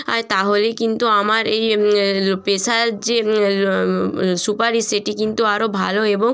আর তাহলেই কিন্তু আমার এই পেশার যে সুপারিশ সেটি কিন্তু আরও ভালো এবং